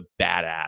badass